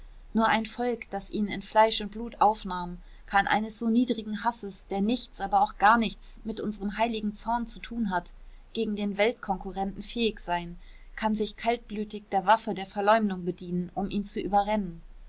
nur ein volk das ihn in fleisch und blut aufnahm kann eines so niedrigen hasses der nichts aber auch gar nichts mit unserem heiligen zorn zu tun hat gegen den weltkonkurrenten fähig sein kann sich kaltblütig der waffe der verleumdung bedienen um ihn zu überrennen